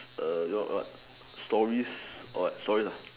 err you know what stories or what stories ah